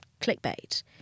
clickbait